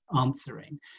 answering